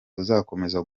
buzakomeza